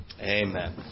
Amen